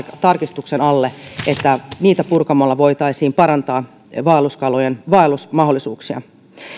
tarkistuksen alle niitä purkamalla voitaisiin parantaa vaelluskalojen vaellusmahdollisuuksia